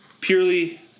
Purely